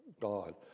God